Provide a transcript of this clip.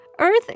Earth